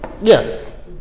Yes